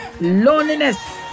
loneliness